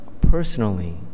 personally